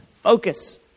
focus